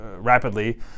rapidly